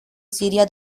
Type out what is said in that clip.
siria